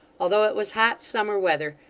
although it was hot summer weather,